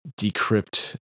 decrypt